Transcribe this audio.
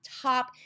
top